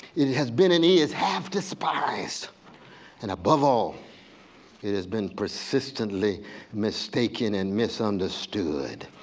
it it has been and is half despised and above all it has been persistently mistaken and misunderstood,